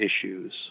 issues